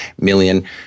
million